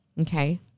okay